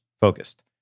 Focused